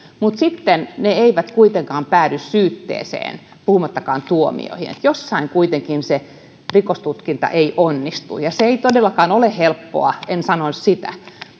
mutta sitten ne eivät kuitenkaan päädy syytteeseen puhumattakaan tuomioista jossain kuitenkaan se rikostutkinta ei onnistu se ei todellakaan ole helppoa en sano sitä